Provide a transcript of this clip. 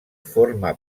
forma